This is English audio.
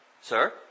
Sir